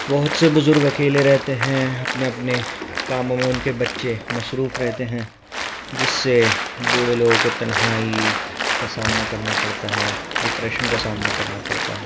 بہت سے بزرگ اکیلے رہتے ہیں اپنے اپنے کاموں میں ان کے بچے مصروف رہتے ہیں جس سے بوڑھے لوگوں کو تنہائی کا سامنا کرنا پڑتا ہے ڈپریشن کا سامنا کرنا پڑتا ہے